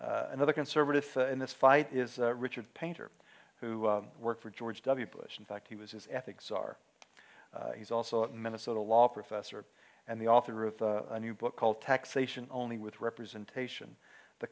another conservative in this fight is richard painter who worked for george w bush in fact he was his ethics are he's also a minnesota law professor and the author of a new book called taxation only with representation the